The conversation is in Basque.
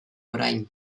orain